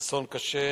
אסון קשה,